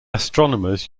astronomers